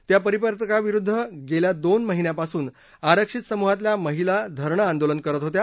त्या परिपत्रकाविरुद्ध गेल्या दोन महिन्यापासून आरक्षित समूहातल्या महिला धरणं आंदोलन करत होत्या